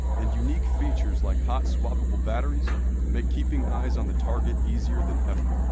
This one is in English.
and unique features like hot swappable batteries make keeping eyes on the target easier than ever.